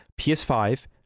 PS5